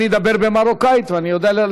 אני אדבר במרוקאית, ואני יודע.